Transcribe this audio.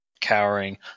cowering